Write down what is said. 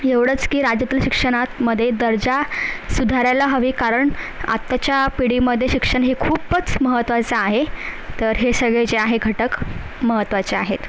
एवढंच की राज्यातील शिक्षणात मध्ये दर्जा सुधारायला हवा कारण आताच्या पिढीमध्ये शिक्षण हे खूपच महत्वाचं आहे तर हे सगळे जे आहे घटक महत्वाचे आहेत